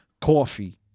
coffee